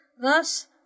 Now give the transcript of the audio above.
Thus